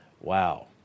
Wow